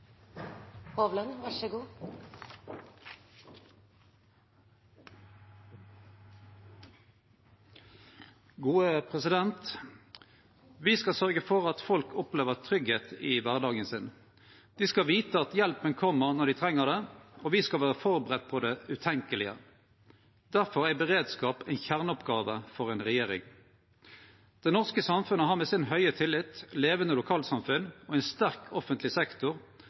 skal sørgje for at folk opplever tryggleik i kvardagen sin. Dei skal vite at hjelpa kjem når dei treng ho, og me skal vere førebudd på det utenkjelege. Difor er beredskap ei kjerneoppgåve for ei regjering. Det norske samfunnet har med si høge tillit, levande lokalsamfunn og ein sterk offentleg sektor